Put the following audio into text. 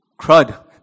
crud